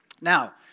Now